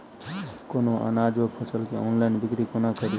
कोनों अनाज वा फसल केँ ऑनलाइन बिक्री कोना कड़ी?